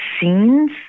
scenes